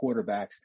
quarterbacks